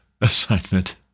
assignment